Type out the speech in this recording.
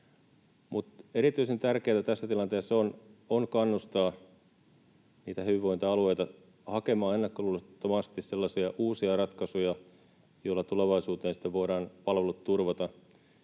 erityisen tärkeätä tässä tilanteessa on kannustaa niitä hyvinvointialueita hakemaan ennakkoluulottomasti sellaisia uusia ratkaisuja, joilla tulevaisuuteen sitten voidaan palvelut